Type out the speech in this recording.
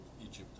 Egypt